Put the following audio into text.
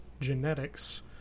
genetics